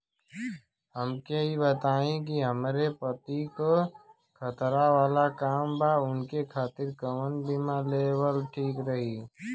हमके ई बताईं कि हमरे पति क खतरा वाला काम बा ऊनके खातिर कवन बीमा लेवल ठीक रही?